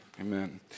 Amen